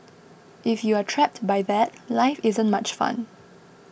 if you are trapped by that life isn't much fun